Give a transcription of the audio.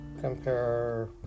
compare